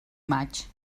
maig